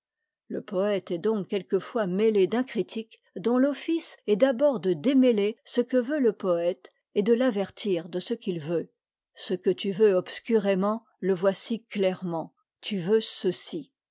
le poète est donc quelquefois mêlé d'un critique dont l'office est d'abord de démêler ce que veut le poète et de l'avertir de ce qu'il veut ce que tu veux obscurément le voici clairement tu veux ceci